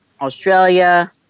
Australia